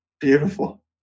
Beautiful